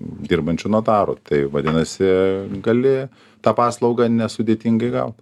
dirbančių notarų tai vadinasi gali tą paslaugą nesudėtingai gaut